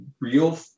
real